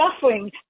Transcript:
suffering